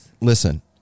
listen